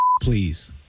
please